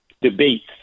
debates